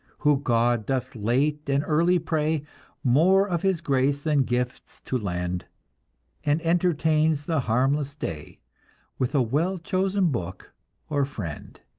who god doth late and early pray more of his grace than gifts to lend and entertains the harmless day with a well-chosen book or friend